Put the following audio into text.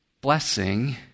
blessing